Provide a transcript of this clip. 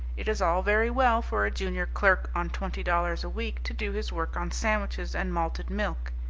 it is all very well for a junior clerk on twenty dollars a week to do his work on sandwiches and malted milk.